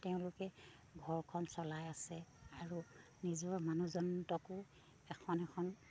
তেওঁলোকে ঘৰখন চলাই আছে আৰু নিজৰ মানুহজনকো এখন এখন